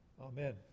Amen